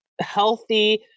healthy